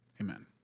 amen